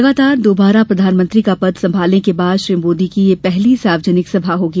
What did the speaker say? लगातार दोबारा प्रधानमंत्री का पद संभालने के बाद मोदी की यह पहली सार्वजनिक सभा होगी